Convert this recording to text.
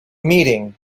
meeting